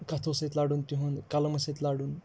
کَتھو سۭتۍ لَڑُن تِہُنٛد قلمہٕ سۭتۍ لَڑُن